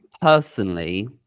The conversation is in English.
personally